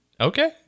Okay